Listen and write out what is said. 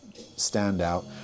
standout